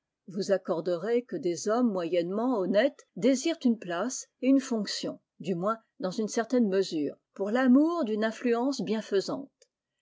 vous accorderez que des hommes moyennement honnêtes désirent une ptact et une fonction du moins dans une certaine mesure pour l'amour d'une influence bienfaisante